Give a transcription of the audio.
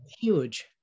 huge